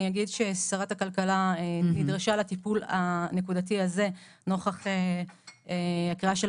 אני אגיד ששרת הכלכלה נדרשה לטיפול הנקודתי הזה נוכח הקריאה של